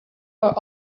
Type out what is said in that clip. are